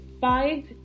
five